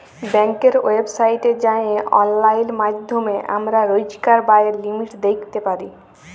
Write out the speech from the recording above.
ব্যাংকের ওয়েবসাইটে যাঁয়ে অললাইল মাইধ্যমে আমরা রইজকার ব্যায়ের লিমিট দ্যাইখতে পারি